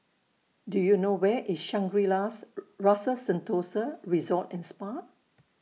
Do YOU know Where IS Shangri La's Rasa Sentosa Resort and Spa